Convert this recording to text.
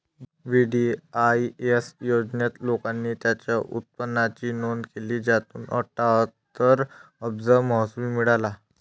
VDIS योजनेत, लोकांनी त्यांच्या उत्पन्नाची नोंद केली, ज्यातून अठ्ठ्याहत्तर अब्ज महसूल मिळाला